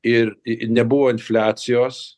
ir nebuvo infliacijos